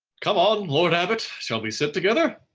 come on, lord abbot, shall we sit together?